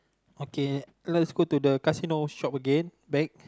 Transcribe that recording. okay let's go to the casino shop again back